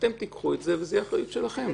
אתם תיקחו את זה וזה יהיה אחריות שלכם.